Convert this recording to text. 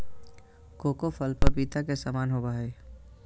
cocoa फल पपीता के समान होबय हइ